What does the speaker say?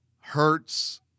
hurts